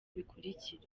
bikurikira